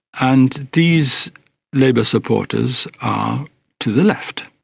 and these labour supporters are to the left,